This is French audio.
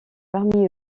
parmi